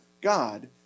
God